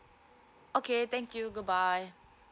okay thank you goodbye